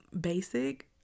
basic